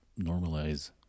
normalize